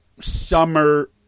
summer